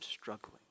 struggling